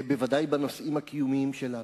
בוודאי בנושאים הקיומיים שלנו.